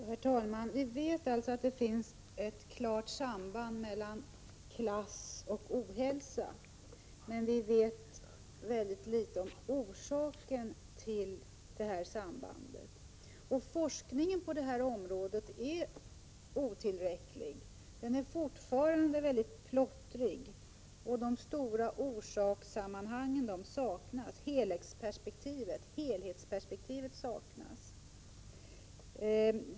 Herr talman! Vi vet att det finns ett klart samband mellan klass och ohälsa, men vi vet mycket litet om orsaken till detta samband. Forskningen på detta område är otillräcklig. Den är fortfarande mycket plottrig. De stora orsakssammanhangen och helhetsperspektivet saknas.